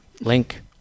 link